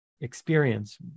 experience